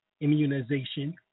immunization